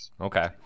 Okay